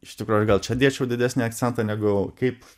iš tikro gal čia dėčiau didesnį akcentą negu kaip